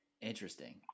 Interesting